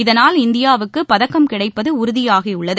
இதனால் இந்தியாவுக்கு பதக்கம் கிடைப்பது உறுதியாகியுள்ளது